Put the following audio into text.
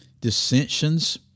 dissensions